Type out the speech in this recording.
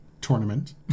tournament